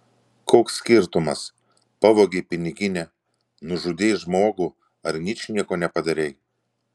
koks skirtumas pavogei piniginę nužudei žmogų ar ničnieko nepadarei